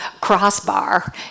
crossbar